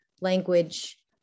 language